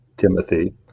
Timothy